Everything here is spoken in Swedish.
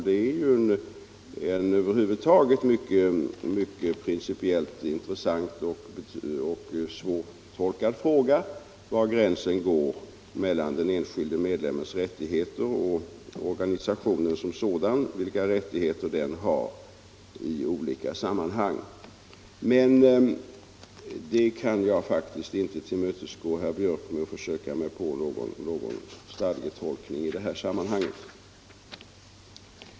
Principiellt är det över huvud taget en mycket intressant och svårtolkad fråga var gränsen går mellan den enskilde medlemmens rättigheter och de rättigheter organisationen som sådan har i olika sammanhang, så jag kan inte tillmötesgå herr Björck med att försöka mig på någon stadgetolkning i det sammanhanget.